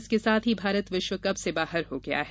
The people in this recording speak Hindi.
इसके साथ ही भारत विश्व कप से बाहर हो गया है